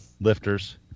lifters